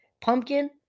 pumpkin